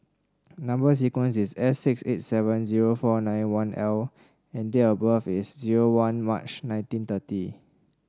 number sequence is S six eight seven zero four nine one L and date of birth is zero one March nineteen thirty